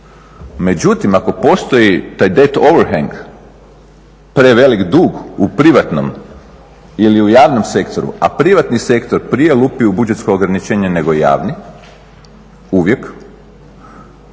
Međutim, ako postoji taj data overhead, prevelik dug u privatnom ili u javnom sektoru, a privatni sektor prije lupi u budžetsko ograničenje nego javni, uvijek,